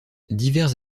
divers